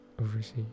overseas